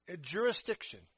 jurisdiction